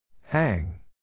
Hang